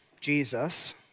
Jesus